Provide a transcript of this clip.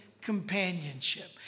companionship